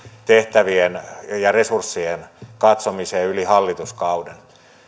tehtävien ja resurssien katsomiseen yli hallituskauden